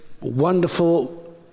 wonderful